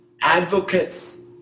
advocates